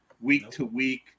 week-to-week